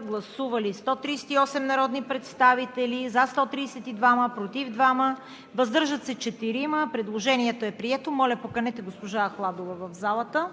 Гласували 138 народни представители: за 132, против 2, въздържали се 4. Предложението е прието. Моля, поканете госпожа Ахладова в залата.